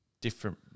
different